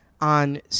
on